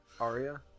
Arya